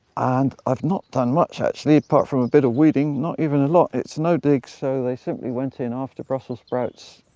and i've not done much actually, apart from a bit of weeding, not even a lot, it's no dig, so they simply went in after brussels sprouts.